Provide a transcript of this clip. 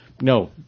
no